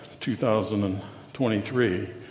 2023